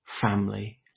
family